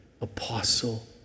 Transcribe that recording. Apostle